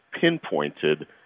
pinpointed